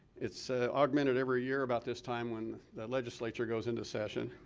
it's augmented every year about this time when the legislature goes into session.